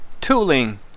tooling